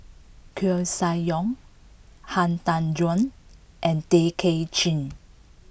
Koeh Sia Yong Han Tan Juan and Tay Kay Chin